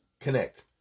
connect